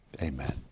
amen